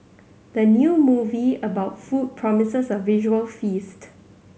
the new movie about food promises a visual feast